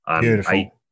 Beautiful